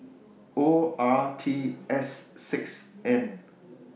O R T S six N